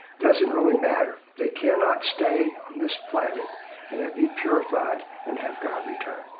doesn't really matter. they cannot stay on this planet and it be purified and have god return.